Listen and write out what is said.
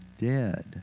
dead